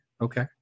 okay